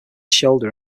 shoulder